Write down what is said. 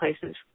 places